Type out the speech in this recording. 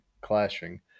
clashing